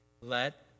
Let